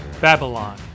Babylon